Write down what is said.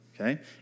okay